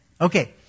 Okay